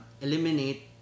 eliminate